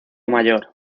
mayor